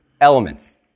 elements